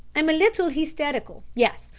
i'm a little hysterical yes,